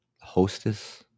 hostess